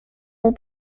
will